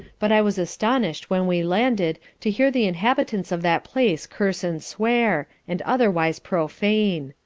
but i was astonished when we landed to hear the inhabitants of that place curse and swear, and otherwise profane.